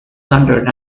plundered